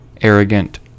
arrogant